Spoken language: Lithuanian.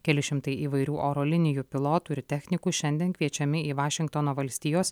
keli šimtai įvairių oro linijų pilotų ir technikų šiandien kviečiami į vašingtono valstijos